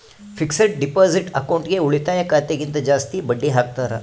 fixed deposit ಅಕೌಂಟ್ಗೆ ಉಳಿತಾಯ ಖಾತೆ ಗಿಂತ ಜಾಸ್ತಿ ಬಡ್ಡಿ ಹಾಕ್ತಾರ